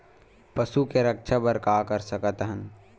पशु के रक्षा बर का कर सकत हन?